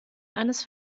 eines